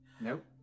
Nope